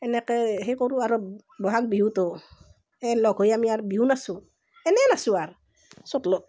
তেনেকৈ সেই কৰোঁ আৰু বহাগ বিহুতো এই লগ হৈ আমি আৰু বিহু নাচোঁ এনেই নাচোঁ আৰ চোতালত